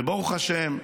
וברוך השם,